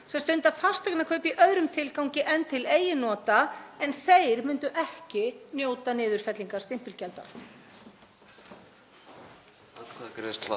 sem stunda fasteignakaup í öðrum tilgangi en til eigin nota, en þeir myndu ekki njóta niðurfellingar stimpilgjalda.